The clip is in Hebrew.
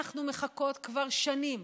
אנחנו מחכות כבר שנים.